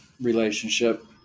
relationship